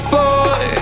boy